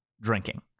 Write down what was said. drinking